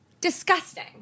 Disgusting